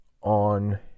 on